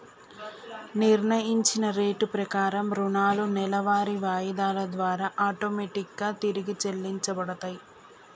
నిర్ణయించిన రేటు ప్రకారం రుణాలు నెలవారీ వాయిదాల ద్వారా ఆటోమేటిక్ గా తిరిగి చెల్లించబడతయ్